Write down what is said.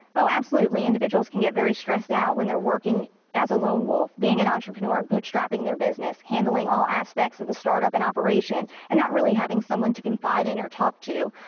oh, absolutely. individuals can get very stressed out when they're working as a lone wolf, being an entrepreneur, bootstrapping their business, handling all aspects of the startup and operation, and not really having someone to confide in or talk to.